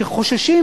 שחוששים,